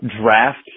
draft